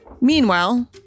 Meanwhile